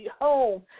home